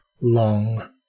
long